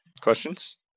Questions